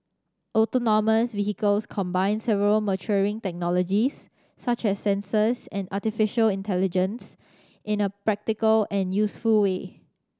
autonomous vehicles combine several maturing technologies such as sensors and artificial intelligence in a practical and useful way